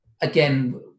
Again